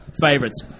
Favorites